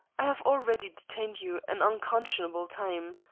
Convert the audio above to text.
i have already detained you an unconscionable time.